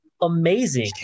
amazing